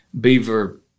beaver